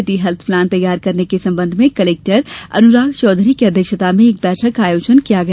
city health plan तैयार करने के संबंध में कलेक्टर अनुराग चौधरी की अध्यक्षता में एक बैठक का आयोजन किया गया